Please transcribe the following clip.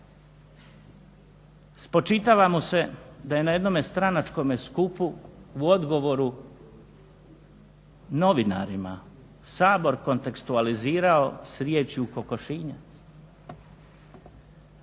Spočitava mu se da je na jednom stranačkom skupu u odgovoru novinarima Sabor kontekstualizirao sa riječju kokošinjac.